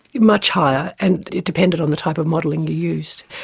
much higher, and it depended on the type of modelling you used.